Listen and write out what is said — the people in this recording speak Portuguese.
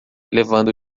levando